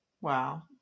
Wow